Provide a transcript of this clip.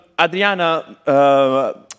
Adriana